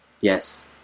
yes